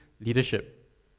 leadership